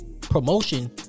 promotion